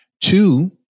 Two